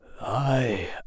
I